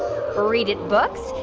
read it books,